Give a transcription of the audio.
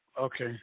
Okay